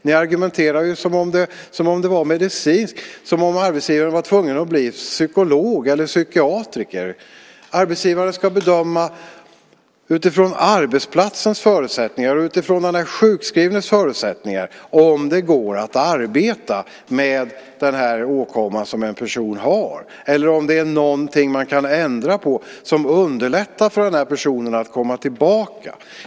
Ni argumenterar ju som om arbetsgivaren var tvungen att bli psykolog eller psykiater. Arbetsgivaren ska bedöma utifrån arbetsplatsens förutsättningar och utifrån den sjukskrivnes förutsättningar om det går att arbeta med den åkomma som personen har eller om det finns någonting som man kan ändra på för att underlätta för den här personen att komma tillbaka.